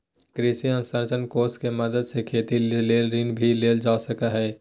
कृषि अवसरंचना कोष के मदद से खेती ले ऋण भी लेल जा सकय हय